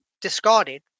discarded